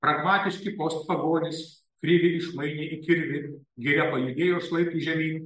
pragmatiški postpagonys krivį išmainė į kirvį giria pajudėjo šlaitu žemyn